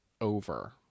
over